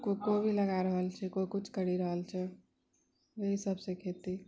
कोइ कोबी लगाए रहल छै कोइ कुछ करि रहल छै यही सब छै खेती